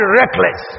reckless